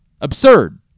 absurd